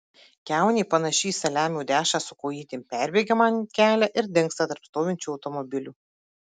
kiaunė panaši į saliamio dešrą su kojytėm perbėga man kelią ir dingsta tarp stovinčių automobilių